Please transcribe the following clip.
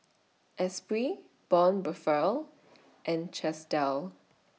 Esprit Braun Buffel and Chesdale